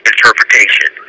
interpretation